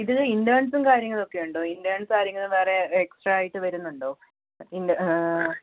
ഇതിന് ഇൻറ്റേൺസും കാര്യങ്ങളൊക്കെ ഉണ്ടോ ഇൻറ്റേൺസും കാര്യങ്ങളൊക്കെ വേറെ എക്സ്ട്രാ ആയിട്ട് വരുന്നുണ്ടോ ഇൻ്റ